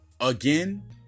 Again